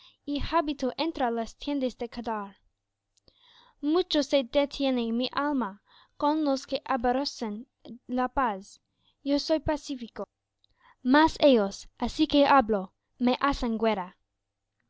y habito entre las tiendas de kedar mucho se detiene mi alma con los que aborrecen la paz yo soy pacífico mas ellos así que hablo me hacen guerra